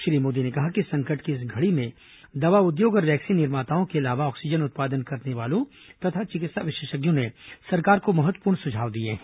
प्रधानमंत्री ने कहा कि संकट की इस घड़ी में दवा उद्योग और वैक्सीन निर्माताओं के अलावा ऑक्सीजन उत्पादन करने वालों तथा चिकित्सा विशेषज्ञों ने सरकार को महत्वपूर्ण सुझाव दिए हैं